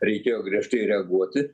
reikėjo griežtai reaguoti